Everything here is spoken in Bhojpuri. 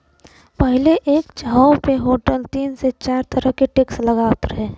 पहिलवा एक चाय्वो पे होटल तीन से चार तरह के टैक्स लगात रहल